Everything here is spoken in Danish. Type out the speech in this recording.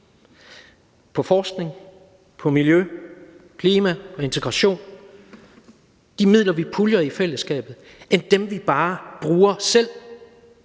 på forskning, på miljø, på klima, på integration – de midler, som vi puljer på fællesskabet – end dem, vi bare bruger selv.